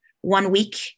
one-week